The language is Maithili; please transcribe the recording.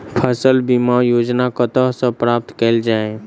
फसल बीमा योजना कतह सऽ प्राप्त कैल जाए?